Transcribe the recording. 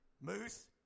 Moose